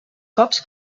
cops